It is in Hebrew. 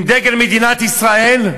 עם דגל מדינת ישראל,